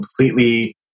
completely